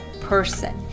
person